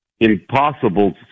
impossible